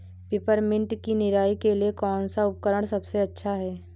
Peppermint की निराई के लिए कौन सा उपकरण सबसे अच्छा है?